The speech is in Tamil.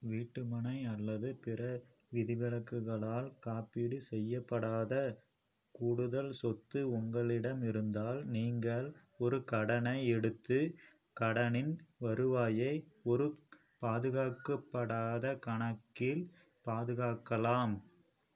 வீட்டுமனை அல்லது பிற விதிவிலக்குகளால் காப்பீடு செய்யப்படாத கூடுதல் சொத்து உங்களிடம் இருந்தால் நீங்கள் ஒரு கடனை எடுத்து கடனின் வருவாயை ஒரு பாதுகாக்கப்படாத கணக்கில் பாதுகாக்கலாம்